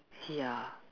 ya